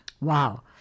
Wow